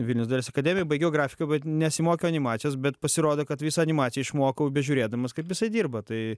vilniaus dailės akademijoj baigiau grafiką nesimokiau animacijos bet pasirodo kad visą animaciją išmokau bežiūrėdamas kaip jisai dirba tai